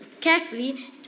carefully